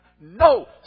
no